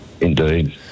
Indeed